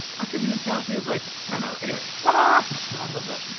i couldn't even tell if he was like, anyway. ah i love that.